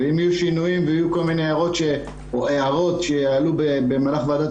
אם יהיו שינויים או הערות והארות שיעלו במהלך עבודת